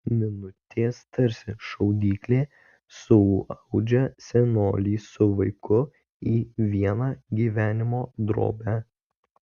minutės tarsi šaudyklė suaudžia senolį su vaiku į vieną gyvenimo drobę